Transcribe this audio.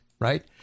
right